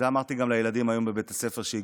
את זה אמרתי גם לילדים שהגיעו לפה היום מבתי הספר.